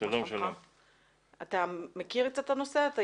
אתה מכיר את הנושא?